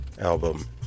album